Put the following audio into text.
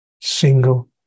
single